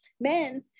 men